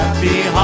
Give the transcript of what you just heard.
Happy